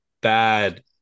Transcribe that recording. bad